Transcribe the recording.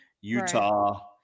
Utah